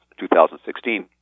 2016